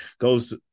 goes